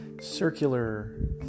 circular